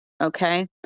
okay